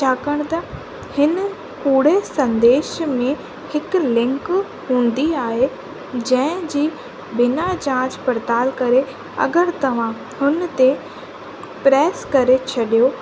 छाकाणि त हिन कुड़े संदेशु में हिकु लिंक हूंदी आहे जंहिंजी बिना जांच पड़तालु करे अगरि तव्हां हुन ते प्रेस करे छॾियो